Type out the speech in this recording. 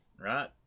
right